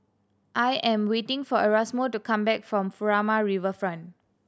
I am waiting for Erasmo to come back from Furama Riverfront